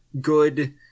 good